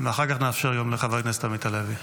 אחר כך נאפשר גם לחבר הכנסת עמית הלוי.